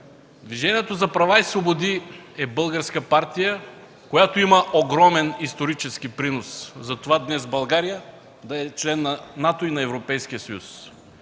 Движението за права и свободи е българска партия, която има огромен исторически принос днес България да е член на НАТО и на Европейския съюз.